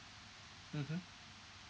mmhmm